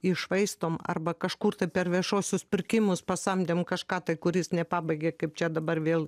iššvaistom arba kažkur tai per viešuosius pirkimus pasamdėm kažką tai kuris nepabaigė kaip čia dabar vėl